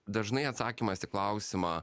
dažnai atsakymas į klausimą